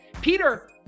Peter